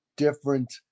different